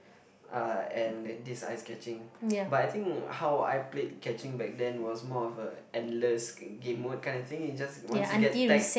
uh and then this ice catching but I think how I played catching back then was more of a endless game mode kind of thing is just once you get tagged